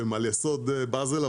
שהן על יסוד בזל,